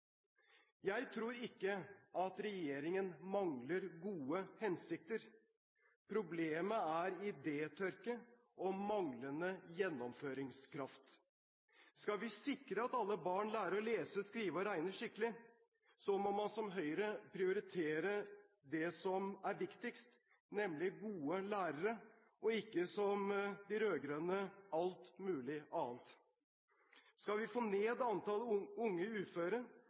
Jeg tror ikke regjeringen mangler gode hensikter. Problemet er idétørke og manglende gjennomføringskraft. Skal vi sikre at alle barn lærer å lese, skrive og regne skikkelig, må man, som Høyre, prioritere det som er viktigst, nemlig gode lærere, og ikke, som de rød-grønne, alt mulig annet. Skal vi få ned antallet unge uføre,